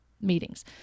meetings